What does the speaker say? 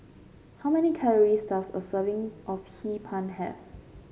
how many calories does a serving of Hee Pan have